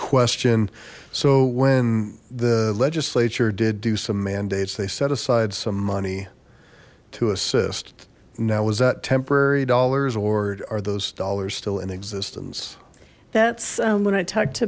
question so when the legislature did do some mandates they set aside some money to assist now was that temporary dollars or are those dollars still in existence that's when i talk